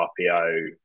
RPO